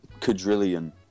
quadrillion